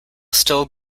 still